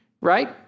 right